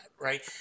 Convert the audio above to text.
right